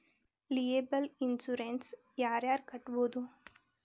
liable insurance ಯಾರ್ ಯಾರ್ ಕಟ್ಬೊದು